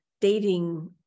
dating